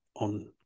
on